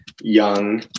Young